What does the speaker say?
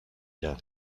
done